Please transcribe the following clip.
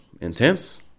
intense